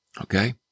Okay